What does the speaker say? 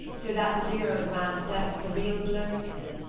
so that the dear old man's death is a real blow to me.